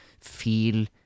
feel